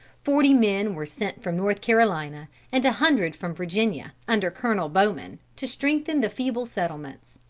forty men were sent from north carolina and a hundred from virginia, under colonel bowman, to strengthen the feeble settlements.